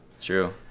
true